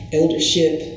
eldership